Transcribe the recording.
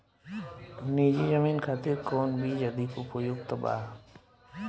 नीची जमीन खातिर कौन बीज अधिक उपयुक्त बा?